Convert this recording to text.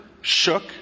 shook